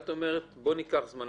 את אומרת שניקח זמן,